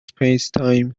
spacetime